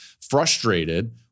frustrated